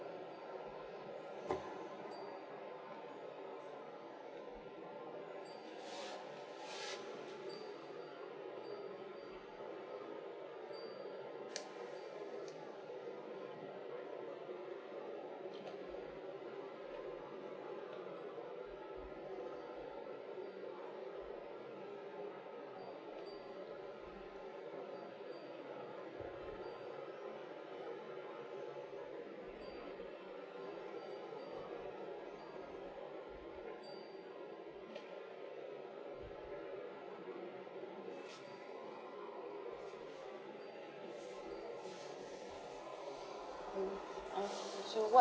uh um so what